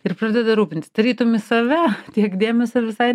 ir pradeda rūpintis tarytum į save tiek dėmesio visai